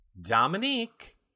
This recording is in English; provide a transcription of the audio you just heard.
Dominique